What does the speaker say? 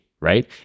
right